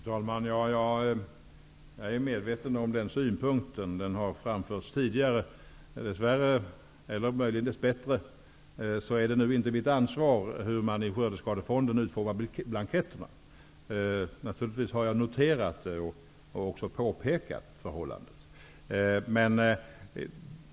Fru talman! Jag är medveten om den synpunkten -- den har framförts tidigare. Dess värre, eller möjligen dess bättre, är det inte mitt ansvar hur man i Skördeskadefonden utformar blanketterna. Jag har naturligtvis noterat detta och påtalat förhållandet.